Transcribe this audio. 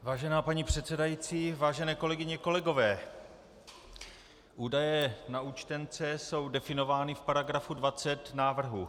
Vážená paní předsedající, vážené kolegyně, kolegové, údaje na účtence jsou definovány v paragrafu 20 návrhu.